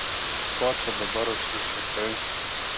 ko čia dabar užsišikai